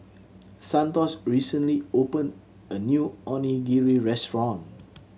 Santos recently opened a new Onigiri Restaurant